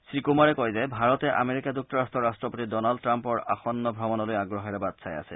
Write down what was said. শ্ৰীকুমাৰে কয় যে ভাৰতে আমেৰিকা যুক্তৰাট্টৰ ৰাট্টপতি ডনাল্ড টাম্পৰ আসন্ন ভ্ৰমণলৈ আগ্ৰহেৰে বাট চাই আছে